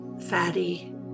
fatty